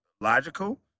logical